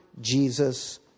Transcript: Jesus